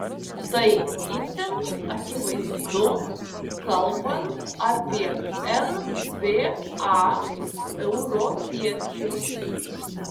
tai itin akivaizdu kalbant apie nba europiečius